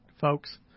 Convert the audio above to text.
folks